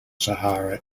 sahara